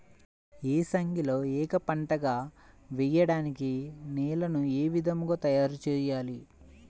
ఏసంగిలో ఏక పంటగ వెయడానికి నేలను ఏ విధముగా తయారుచేయాలి?